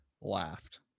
laughed